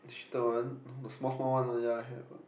the one the small small one ah ya I have ah